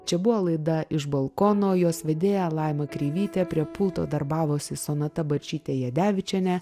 čia buvo laida iš balkono jos vedėja laima kreivytė prie pulto darbavosi sonata balčytė jadevičienė